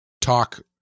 talk